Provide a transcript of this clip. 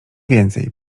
więcej